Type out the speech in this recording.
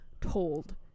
told